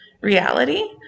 reality